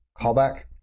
callback